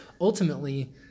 ultimately